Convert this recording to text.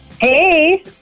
Hey